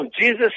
Jesus